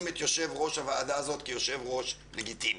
את יושב-ראש הוועדה הזאת כיושב-ראש לגיטימי.